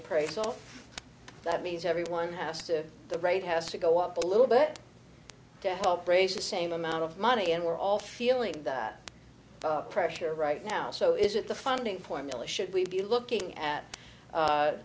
appraisal that means everyone has to the rate has to go up a little bit to help raise the same amount of money and we're all feeling that pressure right now so is it the funding formula should we be looking at